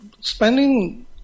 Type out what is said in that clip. spending